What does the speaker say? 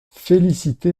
félicité